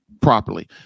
properly